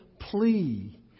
plea